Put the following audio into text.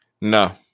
No